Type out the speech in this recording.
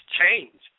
change